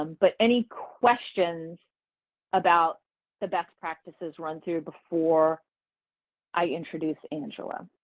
um but any questions about the best practices run through before i introduce angela?